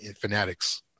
fanatics